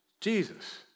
Jesus